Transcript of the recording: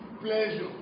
pleasure